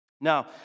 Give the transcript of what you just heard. Now